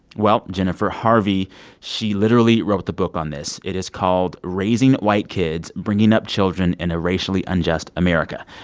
well, jennifer harvey she literally wrote the book on this. it is called raising white kids bringing up children in a racially unjust america.